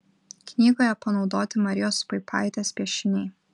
knygoje panaudoti marijos puipaitės piešiniai